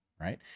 right